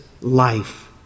life